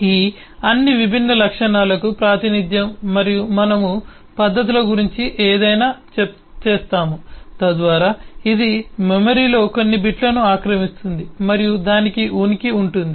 ఈ అన్ని విభిన్న లక్షణాలకు ప్రాతినిధ్యం మరియు మనము పద్ధతుల గురించి ఏదైనా చేస్తాము తద్వారా ఇది మెమరీలో కొన్ని బిట్లను ఆక్రమిస్తుంది మరియు దానికి ఉనికి ఉంటుంది